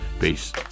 Peace